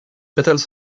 petals